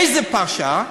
איזה פרשה?